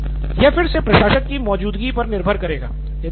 सिद्धार्थ मटूरी यह फिर से प्रशासक की मौजूदगी पर निर्भर करेगा